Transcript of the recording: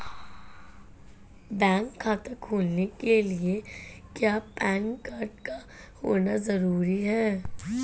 Bank खाता खोलने के लिए क्या पैन कार्ड का होना ज़रूरी है?